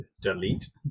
Delete